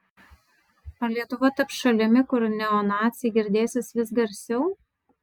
ar lietuva taps šalimi kur neonaciai girdėsis vis garsiau